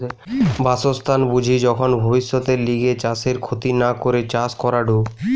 বাসস্থান বুঝি যখন ভব্যিষতের লিগে চাষের ক্ষতি না করে চাষ করাঢু